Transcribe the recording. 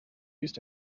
used